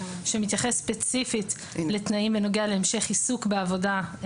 שמתייחס ספציפית לתנאים בנוגע להמשך עיסוק בעבודה.